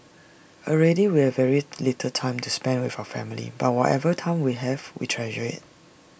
already we have very little time to spend with our family but whatever time we have we treasure IT